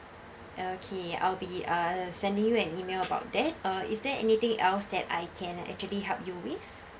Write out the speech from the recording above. okay I'll be uh sending you an email about that uh is there anything else that I can actually help you with